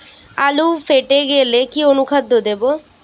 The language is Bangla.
আলু ফেটে গেলে কি অনুখাদ্য দেবো?